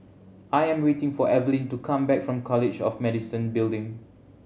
I am waiting for Eveline to come back from College of Medicine Building